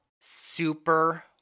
Super